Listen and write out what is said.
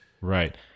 Right